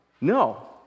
No